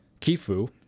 kifu